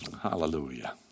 Hallelujah